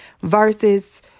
versus